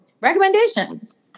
recommendations